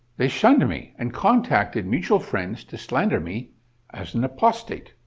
they shunned me and contacted mutual friends to slander me as an apostate.